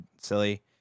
silly